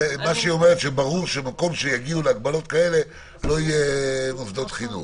היא אומרת שברור שבמקום שיגיעו להגבלות כאלה לא יהיו מוסדות חינוך.